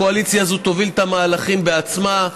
הקואליציה הזאת תוביל את המהלכים בעצמה,